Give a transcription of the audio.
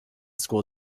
school